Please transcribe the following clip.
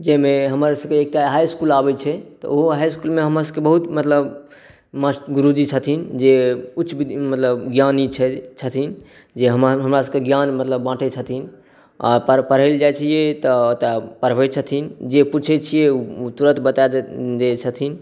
जाहिमे हमरसभके एकटा हाइ इसकुल आबै छै तऽ ओहो हाइ इसकुलमे हमरसभके बहुत मतलब मस्त गुरूजी छथिन जे उच्च मतलब ज्ञानी छै छथिन जे हमरासभके ज्ञान मतलब बाटै छथिन आ पर पढ़ै लऽ जाइ छियै तऽ ओतय पढ़बै छथिन जे पूछे छियै ओ तुरत बता दै छथिन